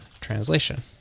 translation